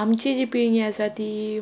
आमची जी पिळगी आसा ती